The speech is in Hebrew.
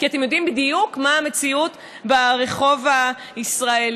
כי אתם יודעים בדיוק מה המציאות ברחוב הישראלי.